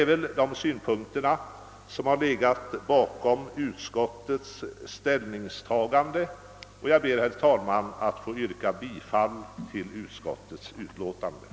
Det är dessa synpunkter som har legat bakom utskottets ställningstagande, och jag ber, herr talman, att få yrka bifall till utskottets hemställan.